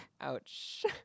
ouch